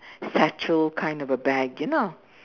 satchel kind of a bag you know